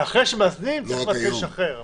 ואחרי שמאזנים צריך לשחרר.